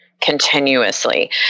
continuously